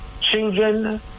children